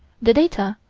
the data,